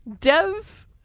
Dev